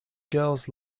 girls